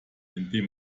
indem